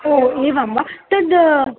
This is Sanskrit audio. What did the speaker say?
ओ एवं वा तद्